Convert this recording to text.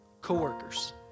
coworkers